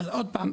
עוד פעם,